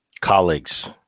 colleagues